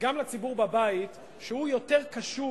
וגם לציבור בבית, שהוא יותר קשוב